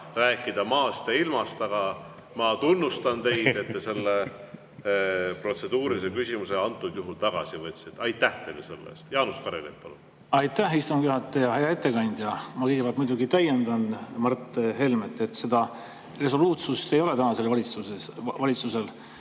rääkida maast ja ilmast, aga ma tunnustan teid, et te selle protseduurilise küsimuse antud juhul tagasi võtsite. Aitäh teile selle eest! Jaanus Karilaid, palun! Aitäh, istungi juhataja! Hea ettekandja! Ma kõigepealt muidugi täiendan Mart Helmet, et seda resoluutsust tänasel valitsusel